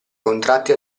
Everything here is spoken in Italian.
contratti